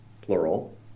plural